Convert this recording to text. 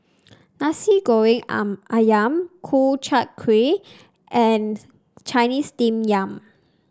Nasi Goreng ayam Ku Chai Kuih and Chinese Steamed Yam